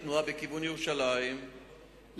את התנועה מכיוון ירושלים לתל-אביב,